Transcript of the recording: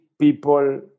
people